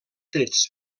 trets